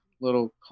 little